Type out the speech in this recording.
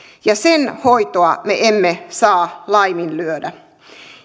ja sen hoitoa me emme saa laiminlyödä